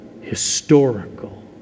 historical